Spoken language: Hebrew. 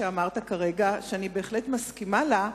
שאני בהחלט מסכימה לה,